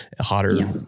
hotter